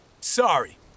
Sorry